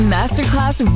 Masterclass